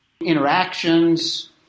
interactions